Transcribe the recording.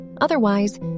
Otherwise